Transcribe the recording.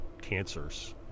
cancers